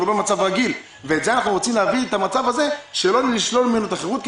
הוא לא במצב רגיל ואנחנו לא רוצים לשלול ממנו את החירות,